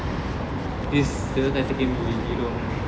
this sivakarthigeyan movie hero